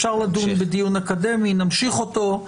אפשר לדון בדיון אקדמי נמשיך אותו.